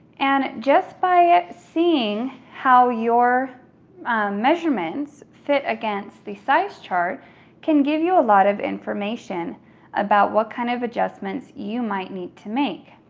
and just by seeing how your measurements fit against the size chart can give you a lot of information about what kind of adjustments you might need to make.